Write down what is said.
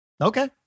Okay